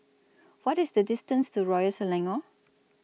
What IS The distance to Royal Selangor